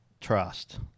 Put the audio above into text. trust